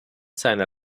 seiner